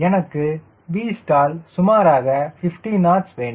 எனக்கு Vstall சுமாராக 50 knots வேண்டும்